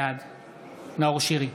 בעד נאור שירי,